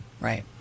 Right